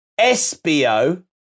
SBO